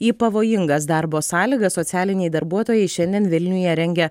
į pavojingas darbo sąlygas socialiniai darbuotojai šiandien vilniuje rengia